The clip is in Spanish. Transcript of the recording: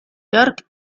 york